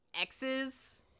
exes